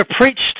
preached